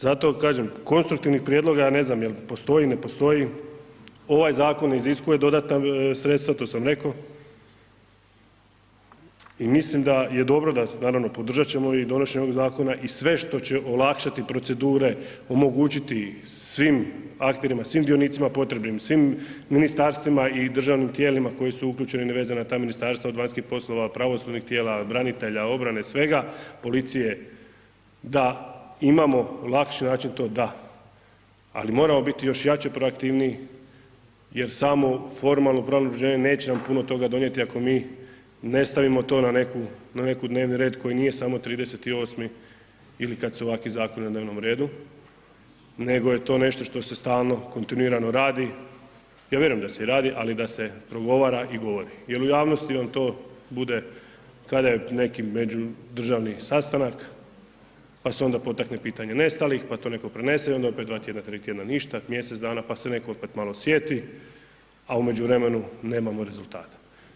Zato kažem, konstruktivnih prijedloga ja ne znam jel postoji, ne postoji, ovaj zakon iziskuje dodatna sredstva, to sam rekao i mislim da je dobro, naravno podržat ćemo i donošenje ovog zakona i sve što ćemo olakšati procedure, omogućiti svim akterima, svim dionicima potrebnim svim ministarstvima i državnim tijelima koji su uključeni na vezana na ta ministarstva od vanjskih poslova, pravosudna tijela, branitelja, obrane, svega, policije, da imamo lakši način, to da ali moramo biti jači i proaktivniji jer samo formalno pravno obrazloženje neće nam puno toga donijeti ako mi ne stavimo na neki dnevni red koji nije samo 38. ili kad su ovakvi zakoni na dnevnom redu nego je to nešto što se stalno, kontinuirano radi, ja vjerujem da se i radi ali i da se progovara i govori jer u javnosti on to bude kada je neki međudržavni sastanak pa se onda potakne pitanje nestalih, pa to netko prenese i onda opet 2 tj., 3 tj. ništa, mjesec dana pa se netko opet malo sjeti a u međuvremenu nemamo rezultate.